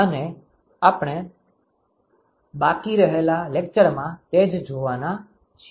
અને આપણે બાકી રહેલા લેકચરમાં તે જ જોવાના છીએ